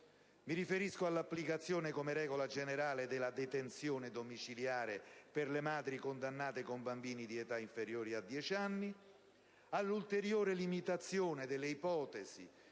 mi riferisco all'applicazione, come regola generale, della detenzione domiciliare per le madri condannate con bambini di età inferiore a 10 anni; all'ulteriore limitazione delle ipotesi